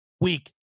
week